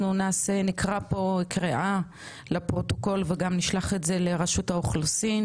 אנחנו נקרא פה קריאה לפרוטוקול וגם נשלח את זה לרשות האוכלוסין,